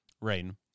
Rain